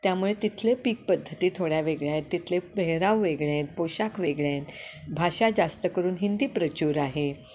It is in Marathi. त्यामुळे तिथले पीक पद्धती थोड्या वेगळ्या आहेतत तिथले पेहराव वेगळेत पोशाख वेगळे आहे भाषा जास्त करून हिंदी प्रचूर आहे